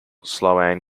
sloan